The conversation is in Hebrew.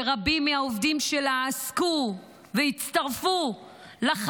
שרבים מהעובדים שלה עסקו בחמאס והצטרפו אליו.